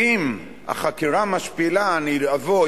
אם החקירה היא משפילה, אני לא אבוא,